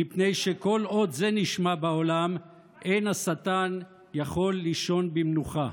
מפני שכל עוד זה נשמע בעולם אין השטן יכול לישון במנוחה.